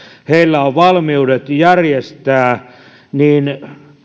heillä on valmiudet järjestää niin